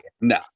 no